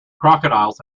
crocodiles